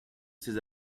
ces